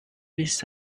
miss